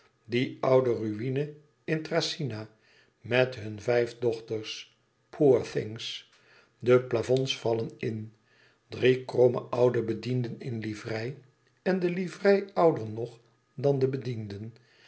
die oude ruïne in thracyna met hun vijf dochters poor things de plafonds vallen in drie kromme oude bedienden in liverei en de liverei ouder nog dan de bedienden